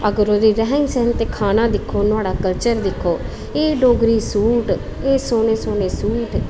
अगर रैह्न सैह्न ते खाना दिक्खो कल्चर दिक्खो एह् डोगरी सूट सोह्ने सोह्ने सूट